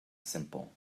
simple